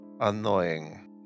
Annoying